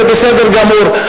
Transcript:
זה בסדר גמור,